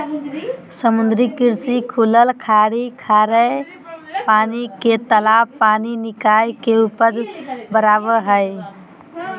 समुद्री कृषि लाभ खुलल खाड़ी खारे पानी के तालाब पानी निकाय के उपज बराबे हइ